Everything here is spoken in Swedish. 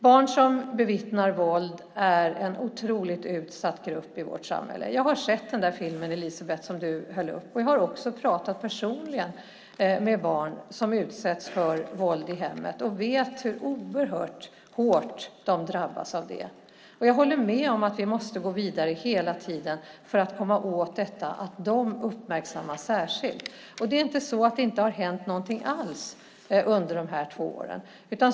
Barn som bevittnar våld är en otroligt utsatt grupp i vårt samhälle. Jag har sett den film som Elisebeht nämnde, och jag har också pratat personligen med barn som utsatts för våld i hemmet. Jag vet hur oerhört hårt de drabbas. Jag håller med om att vi hela tiden måste gå vidare så att barnen särskilt uppmärksammas. Det är inte så att det inte har hänt något alls under de två åren.